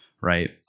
right